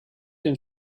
den